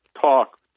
talk